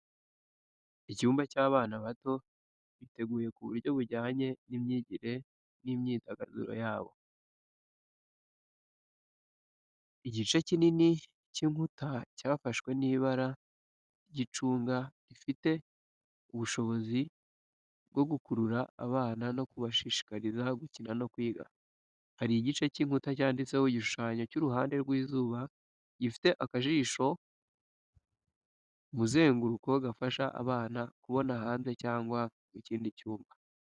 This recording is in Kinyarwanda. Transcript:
Icyumba cy’abana bato giteguye ku buryo bujyanye n’imyigire n’imyidagaduro yabo. Igice kinini cy’inkuta cyafashwe n’ibara ry'icunga rifite ubushobozi bwo gukurura abana no kubashishikariza gukina no kwiga. Hari igice cy’inkuta cyanditseho igishushanyo cy’uruhande rw’izuba gifite akajisho k’umuzenguruko gafasha abana kubona hanze cyangwa mu kindi cyumba.